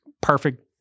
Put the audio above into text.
perfect